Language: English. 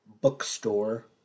bookstore